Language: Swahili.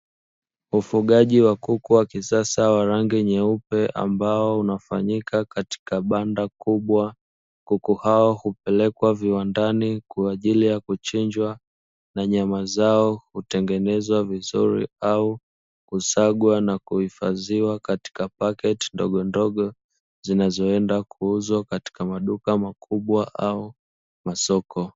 Ufugaji wa kuku wa kisasa wa rangi nyeupe, ambao unafanyika katika banda kubwa. Kuku hao hupelekwa viwandani kwa ajili ya kuchinjwa na nyama zao hutengenezwa vizuri au kusagwa na kuhifadhiwa katika paketi ndogondogo zinazoenda kuuzwa katika maduka makubwa au masoko.